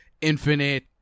Infinite